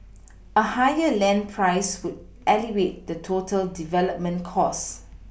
a higher land price would elevate the total development cost